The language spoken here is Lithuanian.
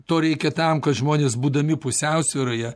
to reikia tam kad žmonės būdami pusiausvyroje